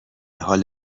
حال